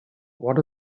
what